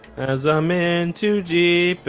as i'm in too deep